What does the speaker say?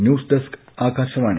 news desk Akashvani